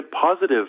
positive